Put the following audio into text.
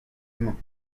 mañ